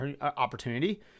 opportunity